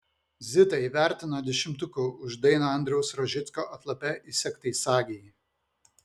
zitą įvertino dešimtuku už dainą andriaus rožicko atlape įsegtai sagei